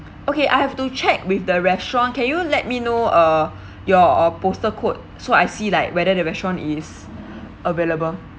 okay I have to check with the restaurant can you let me know uh your uh postal code so I see like whether the restaurant is available